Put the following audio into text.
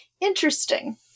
Interesting